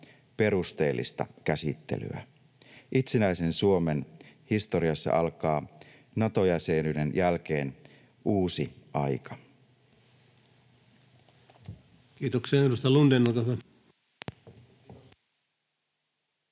perusteellista käsittelyä. Itsenäisen Suomen historiassa alkaa Nato-jäsenyyden jälkeen uusi aika. [Speech